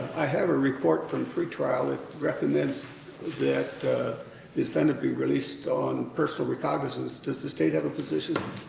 i have a report from pretrial that recommends that the defendant be released on personal recognizance. does the state have a position?